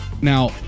Now